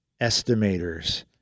estimators